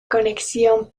conexión